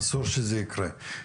אסור שזה יקרה.